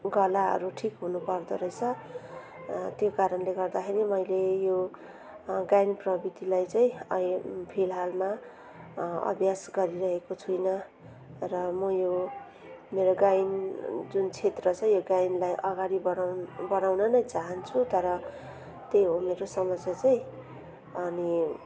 गलाहरू ठिक हुनुपर्दो रहेछ त्यो कारणले गर्दाखेरि मैले यो गायन प्रवृत्तिलाई चाहिँ अहिले फिलहालमा अभ्यास गरिरहेको छुइनँ र म यो मेरो गायन जुन क्षेत्र छ यो गायनलाई अगाडि बढाउ बढाउन नै चाहन्छु तर त्यही हो मेरो समस्या चाहिँ अनि